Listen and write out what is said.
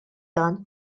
dan